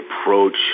approach